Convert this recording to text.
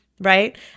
right